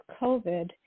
COVID